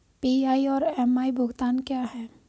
PI और MI भुगतान क्या हैं?